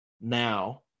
now